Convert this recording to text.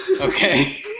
Okay